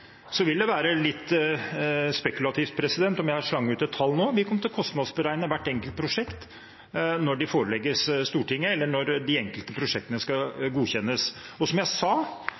det være litt spekulativt om jeg slang ut et tall nå. Vi kommer til å kostnadsberegne hvert enkelt prosjekt når det forelegges Stortinget, eller når de enkelte prosjektene skal godkjennes. Som jeg sa